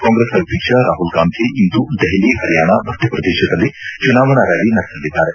ಕಾಂಗ್ರೆಸ್ ಅಧ್ಯಕ್ಷ ರಾಹುಲ್ ಗಾಂಧಿ ಇಂದು ದೆಹಲಿ ಹರಿಯಾಣ ಮಧ್ಯಪ್ರದೇಶದಲ್ಲಿ ಚುನಾವಣಾ ರ್ನಾಲಿ ನಡೆಸಲಿದ್ದಾರೆ